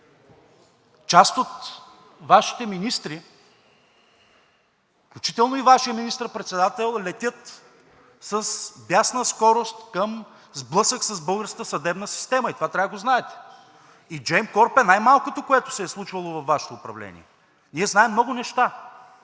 Част от Вашите министри, включително и Вашият министър-председател, летят с бясна скорост към сблъсък с българската съдебна система, и това трябва да го знаете. И Gemcorp е най-малкото, което се е случвало във Вашето управление. Ние знаем много неща.